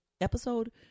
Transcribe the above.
episode